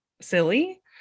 silly